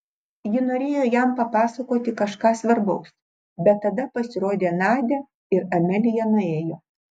ji norėjo jam papasakoti kažką svarbaus bet tada pasirodė nadia ir amelija nuėjo